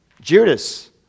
Judas